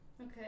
Okay